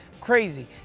Crazy